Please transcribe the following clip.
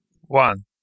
One